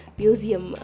museum